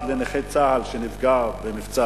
אחד לנכה צה"ל שנפצע במבצע